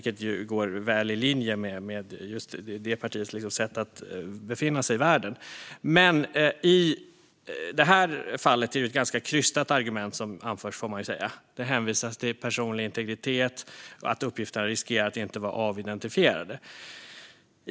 Det går väl i linje med det partiets sätt att befinna sig i världen. I det här fallet är det ett ganska krystat argument som anförs. Det hänvisas till personlig integritet och att uppgifterna riskerar att inte vara avidentifierade.